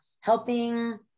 helping